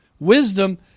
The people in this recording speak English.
Wisdom